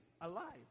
alive